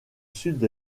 sud